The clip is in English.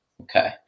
Okay